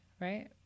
right